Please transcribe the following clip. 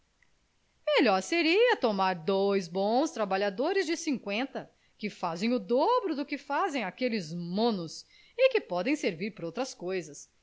melhor seria tomar dois bons trabalhadores de cinqüenta que fazem o dobro do que fazem aqueles monos e que podem servir para outras coisas